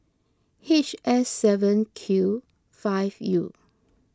H S seven Q five U